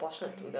okay